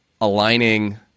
aligning